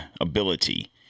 ability